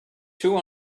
two